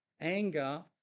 Anger